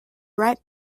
right